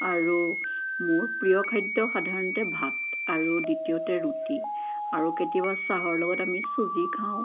আৰু মোৰ প্ৰিয় খাদ্য সাধাৰণতে ভাত আৰু দ্বিতীয়তে ৰুটি আৰু কেতিয়াবা চাহৰ লগত আমি চুজি খাওঁ